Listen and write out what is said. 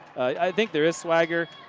i think there is swagger.